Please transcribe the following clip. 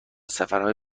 سفرهای